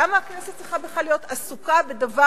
למה הכנסת צריכה בכלל להיות עסוקה בדבר